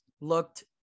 looked